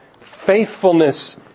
faithfulness